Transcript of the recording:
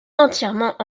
entièrement